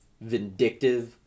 vindictive